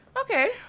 Okay